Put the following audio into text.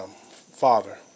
father